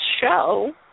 show